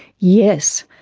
yes,